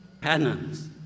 penance